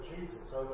Jesus